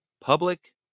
public